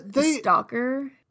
stalker